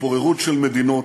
התפוררות של מדינות,